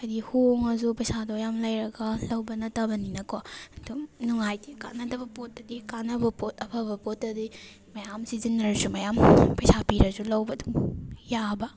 ꯍꯥꯏꯗꯤ ꯍꯣꯡꯉꯁꯨ ꯄꯩꯁꯥꯗꯣ ꯌꯥꯝ ꯂꯩꯔꯒ ꯂꯧꯕ ꯅꯠꯇꯕꯅꯤꯅꯀꯣ ꯑꯗꯨꯝ ꯅꯨꯡꯉꯥꯏꯇꯦ ꯀꯥꯟꯅꯗꯕ ꯄꯣꯠꯇꯗꯤ ꯀꯥꯟꯅꯕ ꯄꯣꯠ ꯑꯐꯕ ꯄꯣꯠꯇꯗꯤ ꯃꯌꯥꯝ ꯁꯤꯖꯤꯟꯅꯔꯁꯨ ꯃꯌꯥꯝ ꯄꯩꯁꯥ ꯄꯤꯔꯁꯨ ꯂꯧꯕ ꯑꯗꯨꯝ ꯌꯥꯕ